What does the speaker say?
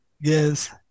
Yes